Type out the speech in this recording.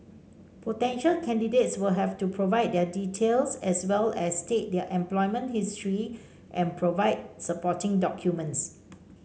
potential candidates will have to provide their details as well as state their employment history and provide supporting documents